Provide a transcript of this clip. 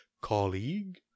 colleague